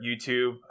YouTube